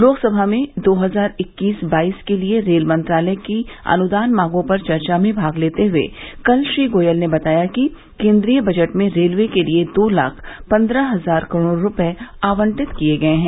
लोकसभा में दो हजार इक्कीस बाईस के लिए रेल मंत्रालय की अनुदान मांगों पर चर्चा में भाग लेते हुए कल श्री गोयल ने बताया कि केन्द्रीय बजट में रेलवे के लिए दो लाख पन्द्रह हजार करोड़ रूपये आवंटित किये गये हैं